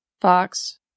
Fox